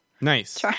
Nice